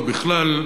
ובכלל,